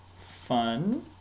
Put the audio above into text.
Fun